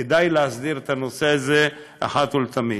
כדאי להסדיר את הנושא הזה אחת ולתמיד.